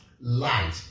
light